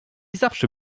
zawsze